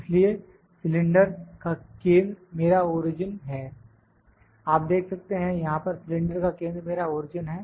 इसलिए सिलेंडर का केंद्र मेरा ओरिजिन है आप देख सकते हैं यहां पर सिलेंडर का केंद्र मेरा ओरिजिन है